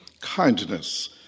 kindness